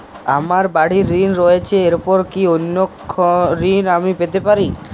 আমার বাড়ীর ঋণ রয়েছে এরপর কি অন্য ঋণ আমি পেতে পারি?